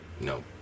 No